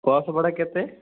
bus ଭଡ଼ା କେତେ